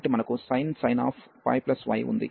కాబట్టి మనకు sin πy ఉంది అంటే sin y మరియు ఇతర n లకు